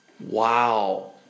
Wow